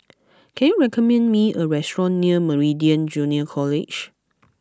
can you recommend me a restaurant near Meridian Junior College